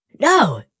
No